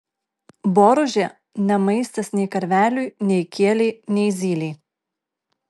boružė ne maistas nei karveliui nei kielei nei zylei